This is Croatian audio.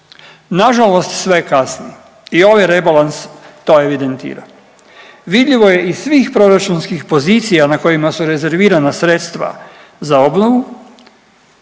nažalost sve kasni i ovaj rebalans to evidentira, vidljivo je iz svih proračunskih pozicija na kojima su rezervirana sredstva za obnovu